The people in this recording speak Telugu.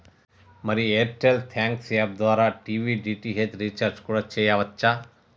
మరి ఎయిర్టెల్ థాంక్స్ యాప్ ద్వారా టీవీ డి.టి.హెచ్ రీఛార్జి కూడా సెయ్యవచ్చు